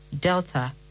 Delta